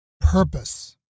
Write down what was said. purpose